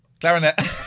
clarinet